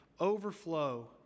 overflow